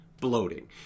bloating